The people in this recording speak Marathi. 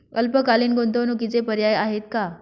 अल्पकालीन गुंतवणूकीचे पर्याय आहेत का?